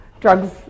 drugs